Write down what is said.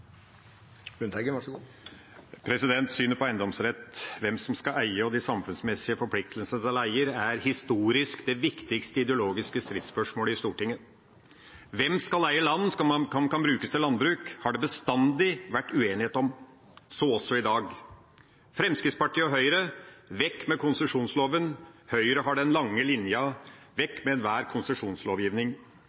Synet på eiendomsrett – hvem som skal eie, og de samfunnsmessige forpliktelsene til leier – er historisk det viktigste ideologiske stridsspørsmålet i Stortinget. Hvem som skal eie land som kan brukes til landbruk, har det bestandig vært uenighet om – så også i dag. Fremskrittspartiet og Høyre: Vekk med konsesjonsloven. Høyre har den lange linja: Vekk med enhver konsesjonslovgivning.